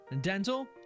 dental